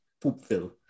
poop-fill